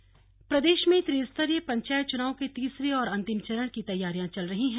पंचायत चुनाव प्रदेश में त्रिस्तरीय पंचायत चुनाव के तीसरे और अंतिम चरण की तैयारियां चल रही हैं